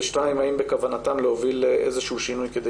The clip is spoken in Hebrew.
האם בכוונתם להוביל לאיזשהו שינוי כדי